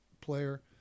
player